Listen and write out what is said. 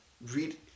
read